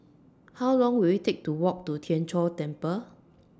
How Long Will IT Take to Walk to Tien Chor Temple